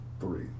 three